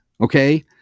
Okay